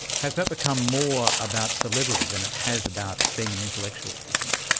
has that become more about celebrity than it has about being an intellectual, do you think?